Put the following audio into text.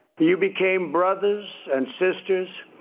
you became brothers and sisters.